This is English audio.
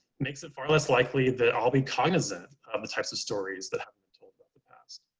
makes it far less likely that i'll be cognizant of the types of stories that have been told about the past.